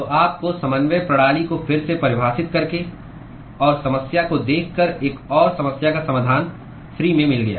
तो आपको समन्वय प्रणाली को फिर से परिभाषित करके और समस्या को देखकर एक और समस्या का समाधान फ्री में मिल गया